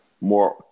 more